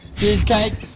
cheesecake